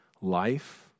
life